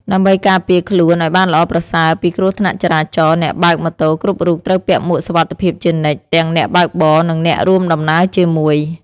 ដើម្បីការពារខ្លួនឱ្យបានល្អប្រសើរពីគ្រោះថ្នាក់ចរាចរណ៍ អ្នកបើកម៉ូតូគ្រប់រូបត្រូវពាក់មួកសុវត្ថិភាពជានិច្ច ទាំងអ្នកបើកបរនិងអ្នករួមដំណើរជាមួយ។